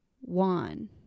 one